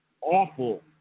awful